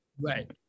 Right